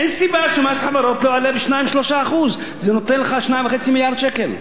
אין סיבה שמס החברות לא יעלה ב-2% 3%. זה נותן לך 2.5 מיליארד שקל.